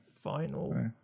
final